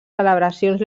celebracions